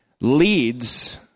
leads